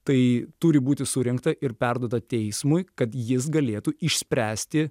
tai turi būti surinkta ir perduota teismui kad jis galėtų išspręsti